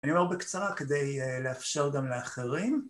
אני אומר בקצרה כדי לאפשר גם לאחרים.